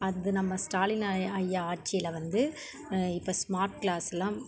அது நம்ம ஸ்டாலின் ஐ ஐயா ஆட்சியில் வந்து இப்போ ஸ்மார்ட் க்ளாஸ்லாம்